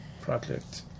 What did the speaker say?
Project